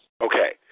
Okay